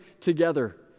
together